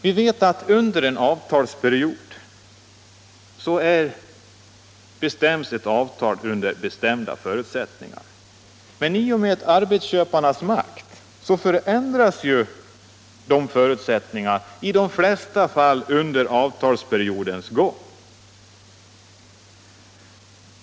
Det träffas ett avtal under bestämda förutsättningar, men på grund av arbetsköparnas makt ändras dessa förutsättningar i de flesta fall under avtalsperiodens gång.